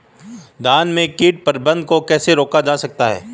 धान में कीट प्रबंधन को कैसे रोका जाता है?